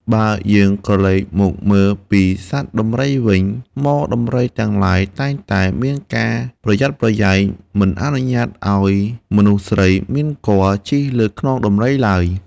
បើយើងក្រឡេកមកមើលពីសត្វដំរីវិញ ហ្មដំរីទាំងឡាយតែងតែមានការប្រយ័ត្នប្រយែង មិនអនុញ្ញាតឱ្យមនុស្សស្រីមានគភ៌ជិះលើខ្នងដំរីឡើយ។